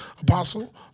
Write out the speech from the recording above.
Apostle